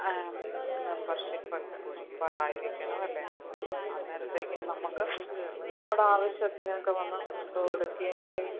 മെമ്പർഷിപ്പൊക്കെ മെംബറായിരിക്കണം അല്ലേ അന്നേരത്തേക്കിന് നമ്മൾക്ക് നമ്മുടെ ആവശ്യത്തിനൊക്കെ വന്നാൽ പുസ്തക എടുക്കുകയും ചെയ്യാം